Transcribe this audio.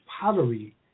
pottery